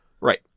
right